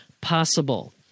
possible